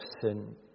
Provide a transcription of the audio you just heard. sin